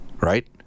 Right